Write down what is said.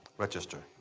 register.